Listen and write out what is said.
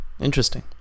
interesting